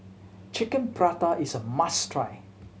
Chicken Pasta is a must try